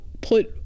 put